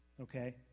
Okay